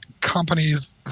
companies